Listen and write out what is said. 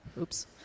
Oops